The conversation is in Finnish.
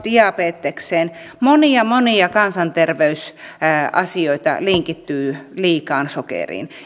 kahteen diabetekseen monia monia kansanterveysasioita linkittyy liikaan sokeriin